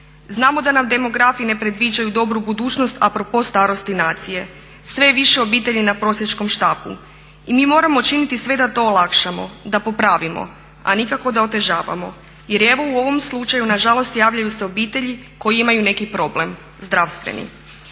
Znamo da nam demografi ne predviđaju dobru budućnost a propos starosti nacije. Sve je više obitelji na prosjačkom štapu i mi moramo činiti sve da to olakšamo, da popravimo, a nikako da otežavamo. Jer evo u ovom slučaju na žalost javljaju se obitelji koje imaju neki problem zdravstveni.